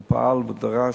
הוא פעל ודרש